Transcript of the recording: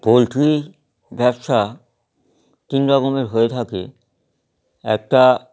poultry ব্যবসা তিন রকমের হয়ে থাকে একটা